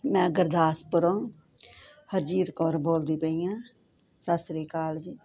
ਮੈਂ ਗੁਰਦਾਸਪੁਰੋਂ ਹਰਜੀਤ ਕੌਰ ਬੋਲਦੀ ਪਈ ਆਂ ਸਾਸਰੀ ਕਾਲ ਜੀ